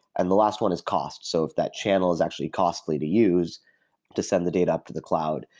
and the last one is cost. so if that channel is actually costly to use to send the data up to the cloud,